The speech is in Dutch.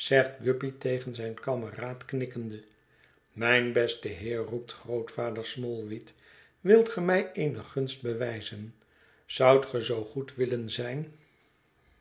zegt guppy tegen zijn kameraad knikkende mijn beste heer roept grootvader smallweed wilt ge mij eene gunst bewijzen zoudt ge zoo goed willen zijn